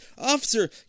Officer